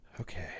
Okay